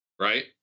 Right